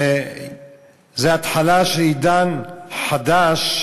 וזה התחלה של עידן חדש,